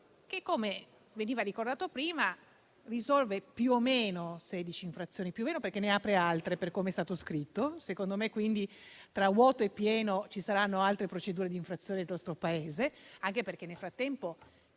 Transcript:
che, come veniva ricordato prima, risolve più o meno sedici infrazioni (più o meno perché ne apre altre, per com'è stato scritto). Secondo me, quindi, tra vuoto e pieno, ci saranno altre procedure d'infrazione per il nostro Paese, anche perché nel frattempo